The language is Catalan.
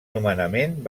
nomenament